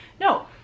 No